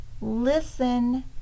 Listen